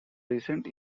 recent